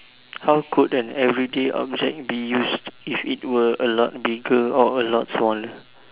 how could a everyday object be used if it was a lot bigger or a lot smaller